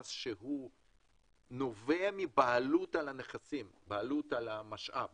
המס שנובע מבעלות על הנכסים, בעלות על המשאב